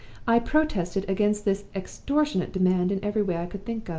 i protested against this extortionate demand in every way i could think of.